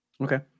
okay